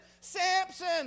Samson